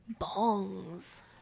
Bongs